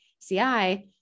CI